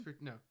No